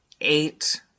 eight